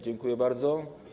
Dziękuję bardzo.